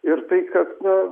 ir tai kad na